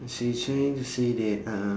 so you're trying to say that uh